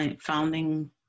founding